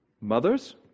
mothers